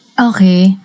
Okay